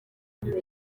nibura